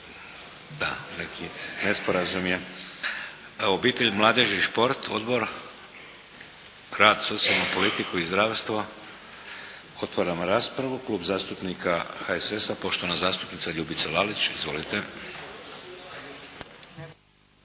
Da. Neki nesporazum je. Obitelj, mladež i šport odbor? Rad, socijalnu politiku i zdravstvo? Otvaram raspravu. Klub zastupnika HSS-a poštovana zastupnica Ljubica Lalić. Izvolite.